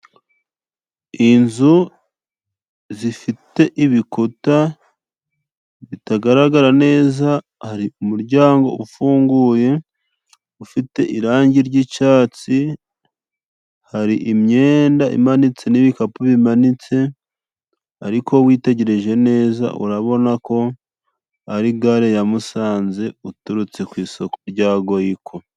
Inzu zifite ibikuta bitagaragara neza, hari umuryango ufunguye, ufite irangi ry'icyatsi, hari imyenda imanitse n'ibikapu bimanitse, ariko witegereje neza urabona ko ari gare ya Musanze, uturutse ku isoko rya GOICO.